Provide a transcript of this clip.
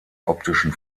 optischen